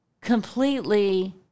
completely